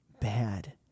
bad